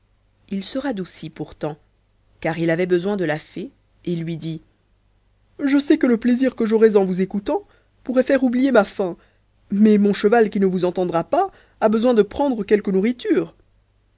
il se radoucit pourtant car il avait besoin de la fée et lui dit je sais que le plaisir que j'aurais en vous écoutant pourrait me faire oublier ma faim mais mon cheval qui ne vous entendra pas a besoin de prendre quelque nourriture